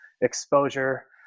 exposure